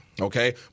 Okay